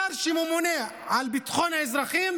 שר שממונה על ביטחון האזרחים